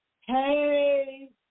Hey